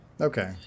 Okay